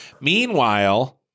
Meanwhile